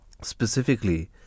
Specifically